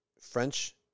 French